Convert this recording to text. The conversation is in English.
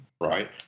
right